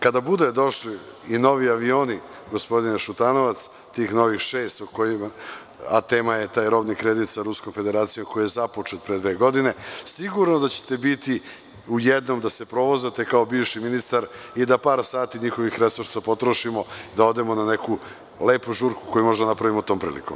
Kada budu došli i novi avioni, gospodine Šutanovac, tih novih šest, a tema je taj robni kredit sa Ruskom Federacijom koji je započet pre dve godine, sigurno da ćete biti u jednom da se provozate kao bivši ministar i par sati njihovih resursa potrošimo, da odemo na neku lepu žurku, koju možemo da napravimo tom prilikom.